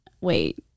wait